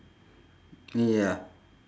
ya